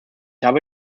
habe